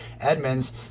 Edmonds